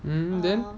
uh